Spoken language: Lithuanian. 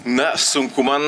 na sunku man